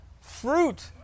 fruit